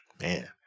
Man